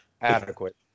Adequate